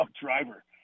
Driver